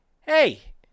hey